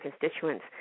constituents